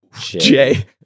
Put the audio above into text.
Jay